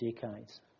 decades